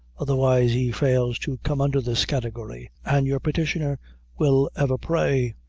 otherwise he fails to come under this category and your petitioner will ever pray.